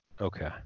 Okay